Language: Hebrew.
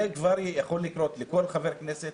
זה כבר יכול לקרות לכל חבר כנסת,